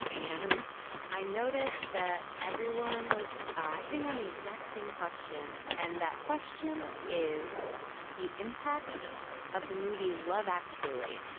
and i noticed that everyone was ah hitting on the exact same question. and that question is the impact of the movie love? actually,